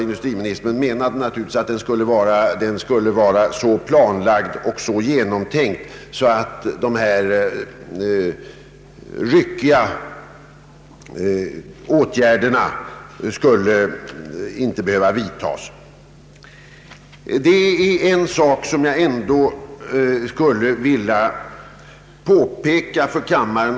Industriministern menade naturligtvis att den skall vara så planlagd och så genomtänkt att så här ryckiga åtgärder inte skall behöva vidtagas ännu en gång. Det är en sak som jag ändå skulle vilja påpeka för kammaren.